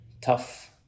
tough